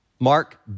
Mark